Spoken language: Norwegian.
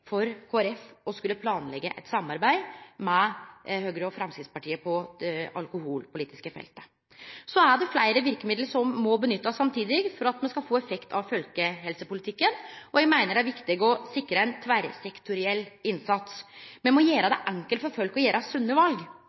for Kristeleg Folkeparti å skulle planleggje eit samarbeid med Høgre og Framstegspartiet på det alkoholpolitiske feltet. Det er fleire verkemiddel som må nyttast samtidig for at me skal få effekt av folkehelsepolitikken. Eg meiner det er viktig å sikre ein tverrsektoriell innsats. Me må gjere det enkelt for folk å ta sunne val.